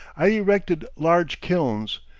i erected large kilns,